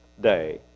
day